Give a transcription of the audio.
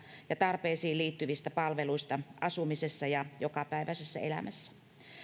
ja tarpeisiin liittyvistä palveluista asumisessa ja jokapäiväisessä elämässä